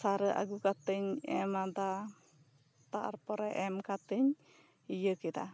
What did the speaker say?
ᱥᱟᱨ ᱟᱹᱜᱩ ᱠᱟᱛᱮᱜ ᱤᱧ ᱮᱢ ᱟᱫᱟ ᱛᱟᱨᱯᱚᱨᱮ ᱮᱢ ᱠᱟᱛᱮᱜ ᱤᱧ ᱤᱭᱟᱹ ᱠᱮᱫᱟ